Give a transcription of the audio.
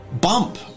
bump